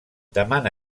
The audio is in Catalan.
demana